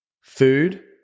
food